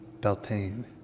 Beltane